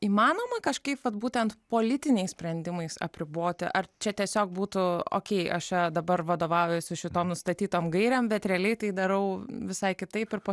įmanoma kažkaip vat būtent politiniais sprendimais apriboti ar čia tiesiog būtų okei aš dabar vadovaujuosiu šitom nustatytom gairėm bet realiai tai darau visai kitaip ir po